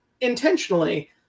intentionally